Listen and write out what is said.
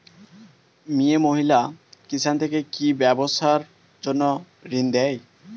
মিয়ে মহিলা কিষান থেকে কি ব্যবসার জন্য ঋন দেয়?